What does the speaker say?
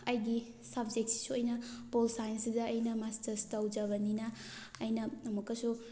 ꯑꯩꯒꯤ ꯁꯕꯖꯦꯛꯁꯤꯁꯨ ꯑꯩꯅ ꯄꯣꯜ ꯁꯥꯏꯟꯁ ꯁꯤꯗ ꯑꯩꯅ ꯃꯥꯁꯇꯔ ꯇꯧꯖꯕꯅꯤꯅ ꯑꯩꯅ ꯑꯃꯨꯛꯀꯁꯨ